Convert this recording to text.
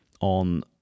on